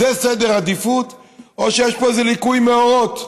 זה סדר עדיפות או שיש פה איזה ליקוי מאורות.